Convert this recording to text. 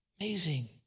Amazing